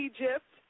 Egypt